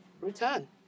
return